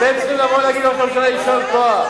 אתם צריכים לבוא ולהגיד לראש הממשלה: יישר כוח,